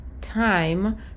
time